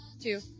two